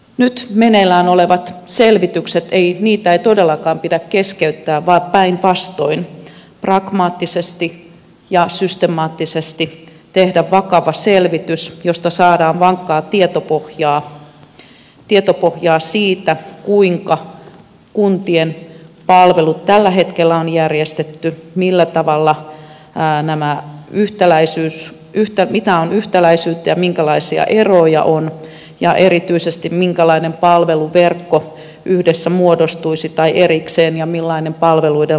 nyt meneillään olevia selvityksiä ei todellakaan pidä keskeyttää vaan päinvastoin pragmaattisesti ja systemaattisesti tehdä vakava selvitys josta saadaan vankkaa tietopohjaa siitä kuinka kuntien palvelut tällä hetkellä on järjestetty mitä yhtäläisyyksiä ja minkälaisia eroja on ja erityisesti minkälainen palveluverkko yhdessä tai erikseen muodostuisi ja millainen palveluiden laatu on